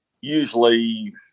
usually